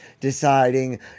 deciding